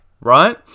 right